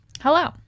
Hello